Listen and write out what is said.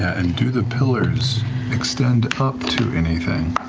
and do the pillars extend up to anything?